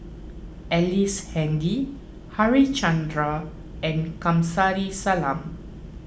Ellice Handy Harichandra and Kamsari Salam